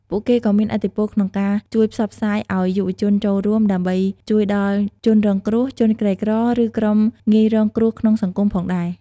ពួកគេក៏មានឥទ្ធិពលក្នុងការជួយផ្សព្វផ្សាយអោយយុវជនចូលរួម ដើម្បីជួយដល់ជនរងគ្រោះ ជនក្រីក្រ ឬក្រុមងាយរងគ្រោះក្នុងសង្គមផងដែរ។